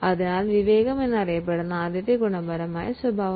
ഇതാണ് പ്രുഡൻസ് എന്നതിൻ്റെ ഗുണപരമായ സ്വഭാവം